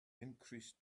increased